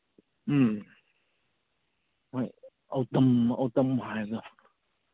ꯎꯝ ꯍꯣꯏ ꯑꯣꯇꯝ ꯑꯣꯇꯝ ꯍꯥꯏꯕꯗꯣ